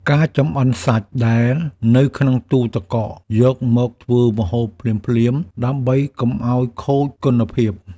ការចម្អិនសាច់ដែលនៅក្នុងទូទឹកកកយកមកធ្វើម្ហូបភ្លាមៗ ដើម្បីកុំឱ្យខូចគុណភាព។